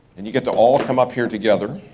and you get to all come up here together.